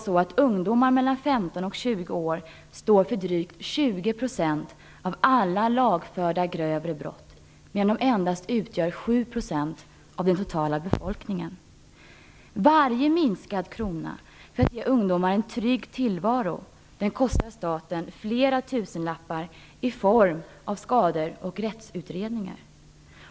I dag står ungdomar mellan 15 och 20 år för drygt 20 % av alla lagförda grövre brott, medan de endast utgör 7 % av den totala befolkningen. Varje krona mindre för att ge ungdomar en trygg tillvaro kostar staten flera tusenlappar i form av skador och rättsutredningar.